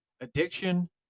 Addiction